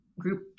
group